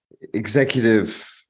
executive